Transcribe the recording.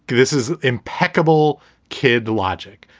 this is impeccable kid logic.